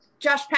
Josh